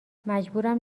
مجبورم